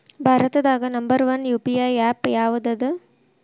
ಭಾರತದಾಗ number one UPI app ಯಾವದದ